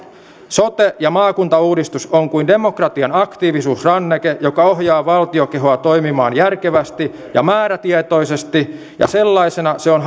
sote ja maakuntauudistus on kuin demokratian aktiivisuusranneke joka ohjaa valtiokehoa toimimaan järkevästi ja määrätietoisesti ja sellaisena se on